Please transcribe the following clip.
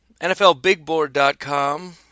NFLBigBoard.com